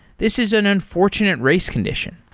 this is an unfortunate race condition.